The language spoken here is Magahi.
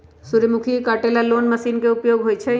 सूर्यमुखी के काटे ला कोंन मशीन के उपयोग होई छइ?